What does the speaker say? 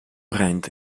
brand